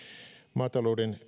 maatalouden